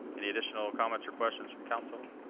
any additional comments or questions from council?